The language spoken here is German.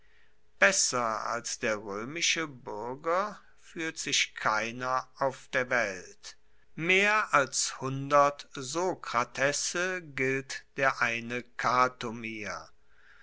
besser als der roemische buerger fuehrt sich keiner auf der welt mehr als hundert sokratesse gilt der eine cato mir